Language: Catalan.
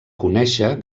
conèixer